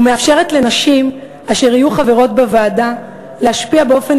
ומאפשרת לנשים אשר יהיו חברות בוועדה להשפיע באופן